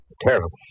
Terrible